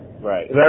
right